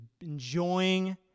enjoying